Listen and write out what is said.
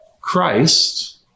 Christ